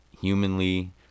humanly